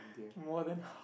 more than